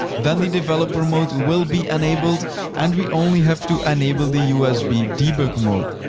then the developer mode will be enabled and we only have to enable the usb debug mode.